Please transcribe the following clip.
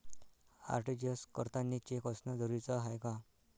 RTGS करतांनी cheque असनं जरुरीच हाय का?